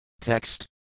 Text